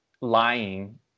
lying